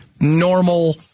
normal